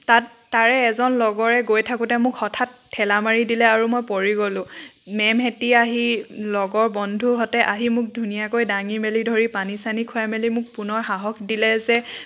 তাত তাৰে এজন লগৰে গৈ থাকোতে মোক হঠাৎ ঠেলা মাৰি দিলে আৰু মই পৰি গ'লো মে'মহঁতে আহি লগৰ বন্ধুহঁতে আহি মোক ধুনীয়াকৈ দাঙি মেলি ধৰি পানী চানি খোৱাই মেলি মোক পুনৰ সাহস দিলে যে